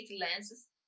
lenses